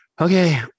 Okay